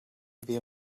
wir